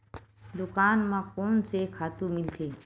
दुकान म कोन से खातु मिलथे?